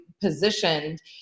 positioned